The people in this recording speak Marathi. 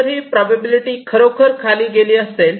तर ही प्रोबॅबिलिटी खरोखरच खाली गेली असेल